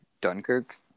Dunkirk